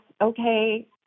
okay